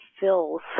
fills